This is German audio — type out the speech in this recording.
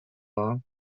war